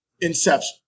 Inception